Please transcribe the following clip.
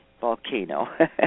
volcano